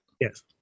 Yes